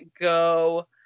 go